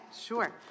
sure